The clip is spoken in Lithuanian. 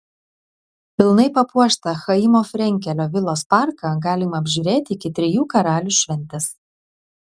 pilnai papuoštą chaimo frenkelio vilos parką galima apžiūrėti iki trijų karalių šventės